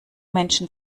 menschen